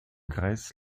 grèce